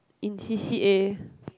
in C_C_A